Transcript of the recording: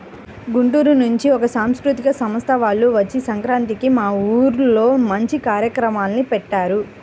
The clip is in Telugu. గుంటూరు నుంచి ఒక సాంస్కృతిక సంస్థ వాల్లు వచ్చి సంక్రాంతికి మా ఊర్లో మంచి కార్యక్రమాల్ని పెట్టారు